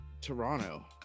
Toronto